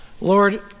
Lord